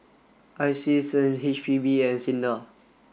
ISEAS and H P B and SINDA